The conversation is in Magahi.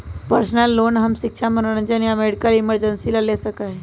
पर्सनल लोन हम शिक्षा मनोरंजन या मेडिकल इमरजेंसी ला ले सका ही